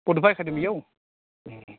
बड'फा एकाडेमियाव ए